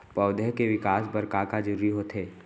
पौधे के विकास बर का का जरूरी होथे?